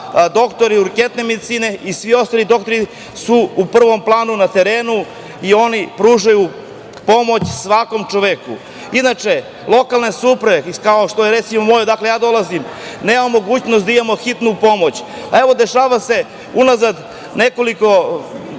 doktori urgentne medicine i svi drugi doktori su u prvom planu na terenu, i oni pružaju pomoć svakom čoveku. Inače, lokalne samouprave, kao što je moja, iz koje ja dolazim, nema mogućnost da imamo hitnu pomoć. A, evo dešava se unazad nekoliko,